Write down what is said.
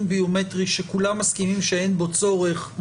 ביומטרי שכולם מסכימים שאין בו צורך,